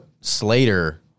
Slater